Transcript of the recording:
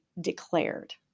declared